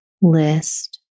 list